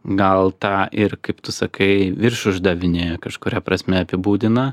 gal tą ir kaip tu sakai virš uždavinėja kažkuria prasme apibūdina